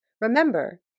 Remember